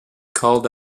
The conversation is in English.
called